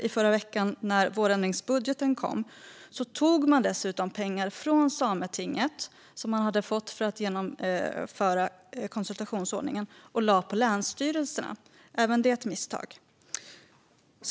I förra veckan, när vårändringsbudgeten kom, tog man dessutom pengar från Sametinget som de hade fått för att genomföra konsultationsordningen och gav till länsstyrelserna. Även det var ett misstag.